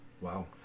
Wow